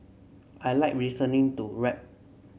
I like listening to rap